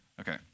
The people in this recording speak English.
Okay